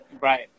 Right